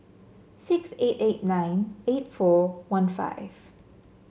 six eight eight nine eight four one five